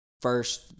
first